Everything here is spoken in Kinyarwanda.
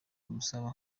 bimusaba